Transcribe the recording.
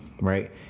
right